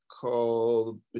called